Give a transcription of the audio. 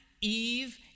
Eve